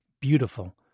beautiful